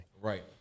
Right